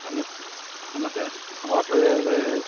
ஆமாம் ஆமாம் sir water அது